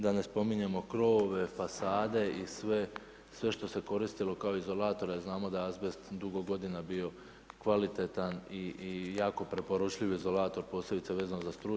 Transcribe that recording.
Da ne spominjemo krovove, fasade i sve što se koristilo kao izolatori, a znamo da je azbest dugo godina bio kvalitetan i jako preporučljiv izolator posebice vezano za struju.